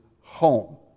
home